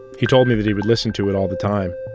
he told me that he would listen to it all the time,